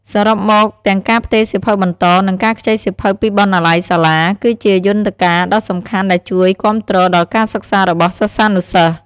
សរុបមក ទាំងការផ្ទេរសៀវភៅបន្ត និងការខ្ចីសៀវភៅពីបណ្ណាល័យសាលា គឺជាយន្តការដ៏សំខាន់ដែលជួយគាំទ្រដល់ការសិក្សារបស់សិស្សានុសិស្ស។